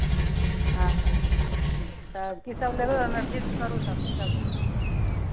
अच्छा तऽ कीसभ लेबै ओहिमे फिक्स करू तब कीसभ लेब